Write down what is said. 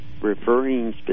referring